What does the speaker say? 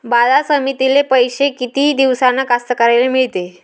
बाजार समितीतले पैशे किती दिवसानं कास्तकाराइले मिळते?